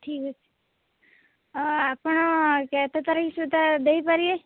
ଠିକ୍ ଅଛି ଆପଣ କେତେ ତାରିଖ ସୁଦ୍ଧା ଦେଇପାରିବେ